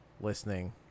listening